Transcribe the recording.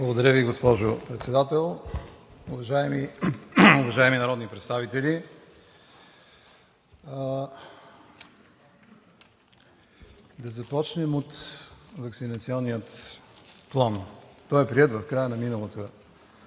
Благодаря Ви, госпожо Председател. Уважаеми народни представители! Да започнем от Ваксинационния план. Той е приет в края на миналата